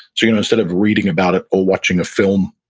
you know instead of reading about it or watching a film,